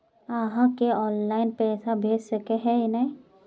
आहाँ के ऑनलाइन पैसा भेज सके है नय?